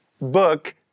book